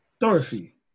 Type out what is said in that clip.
Dorothy